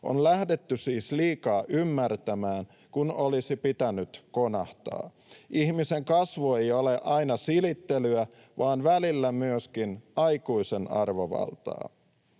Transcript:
On lähdetty liikaa ymmärtämään, kun olisi pitänyt konahtaa. Ihmisen kasvu ei ole aina silittelyä vaan välillä myöskin aikuisen arvovaltaa.